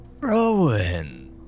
Rowan